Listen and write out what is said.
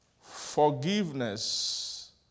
forgiveness